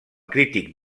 crític